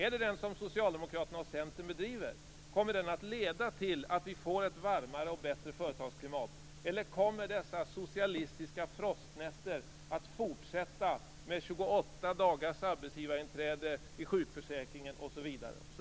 Är det den som Socialdemokraterna och Centern bedriver? Kommer den att leda till att vi får ett varmare och bättre företagsklimat, eller kommer de socialistiska frostnätterna med att fortsätta?